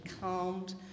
calmed